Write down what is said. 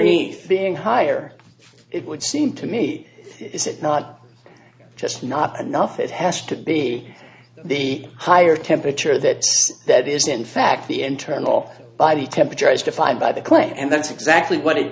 being higher it would seem to me is it not just not enough it has to be the higher temperature that that is in fact the internal body temperature as defined by the clay and that's exactly what it